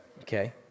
Okay